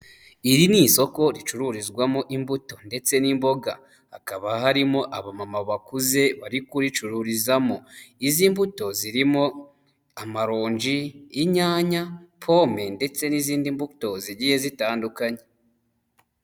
Iri ni isoko ricururizwamo imbuto ndetse n'imboga, hakaba harimo abamama bakuze bari kuricururizamo, izi mbuto zirimo amaronji, inyanya, pome ndetse n'izindi mbuto zigiye zitandukanye.